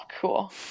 cool